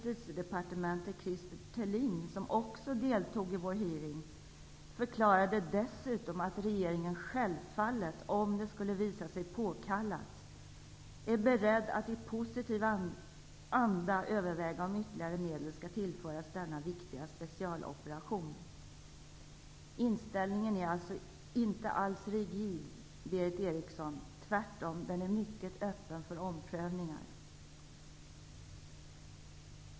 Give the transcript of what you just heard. Thelin, som också deltog i vår hearing, förklarade dessutom att regeringen, om det skulle visa sig vara påkallat, självfallet är beredd att i positiv anda överväga om ytterligare medel skall tillföras denna viktiga specialoperation. Inställningen är alltså inte alls rigid, Berith Eriksson. Den är tvärtom mycket öppen för omprövningar.